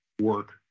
work